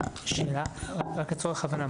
שאלה, לצורך הבנה.